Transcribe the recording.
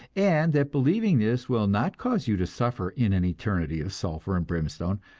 and that believing this will not cause you to suffer in an eternity of sulphur and brimstone,